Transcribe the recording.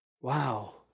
Wow